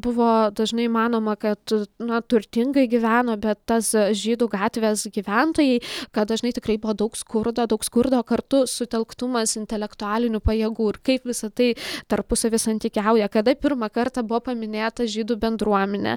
buvo dažnai manoma kad nu turtingai gyveno bet tas žydų gatvės gyventojai kad dažnai tikrai buvo daug skurdo daug skurdo kartu sutelktumas intelektualinių pajėgų ir kaip visa tai tarpusavy santykiauja kada pirmą kartą buvo paminėta žydų bendruomenė